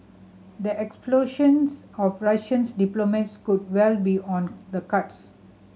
the expulsions of Russian's diplomats could well be on the cards